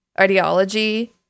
ideology